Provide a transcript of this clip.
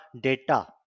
data